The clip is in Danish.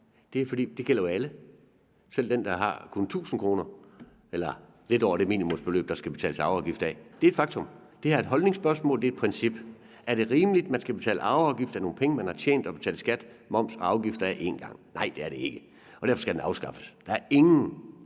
det gælder jo alle, selv dem, der kun har 1.000 kr., eller som har lidt over det minimumsbeløb, der skal betales arveafgift af. Det er et faktum. Det her er et holdningsspørgsmål, det er et princip. Er det rimeligt, at man skal betale arveafgift af nogle penge, som man har tjent, og som man allerede en gang har betalt skat, moms og afgifter af? Nej, det er det ikke, og derfor skal den afskaffes. Der er ingen